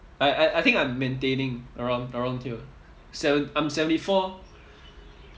I I I think I'm maintaining around around here seven~ I'm I'm seventy four